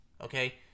Okay